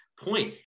point